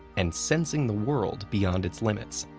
and sensing the world beyond its limits.